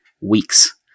weeks